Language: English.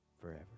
forever